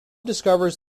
discovers